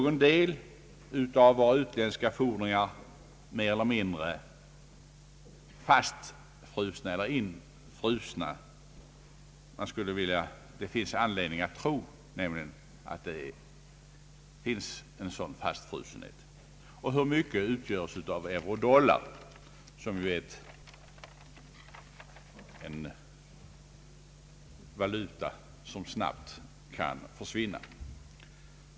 Är delar av våra utländska fordringar mer eller mindre infrusna? Det finns anledning att tro att en del fordringar är infrusna på detta sätt. Och hur mycket utgörs av eurodollar, som ju är en valuta som snabbt kan försvinna?